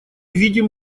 видим